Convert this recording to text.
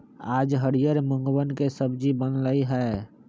आज हरियर मूँगवन के सब्जी बन लय है